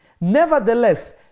Nevertheless